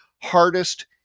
hardest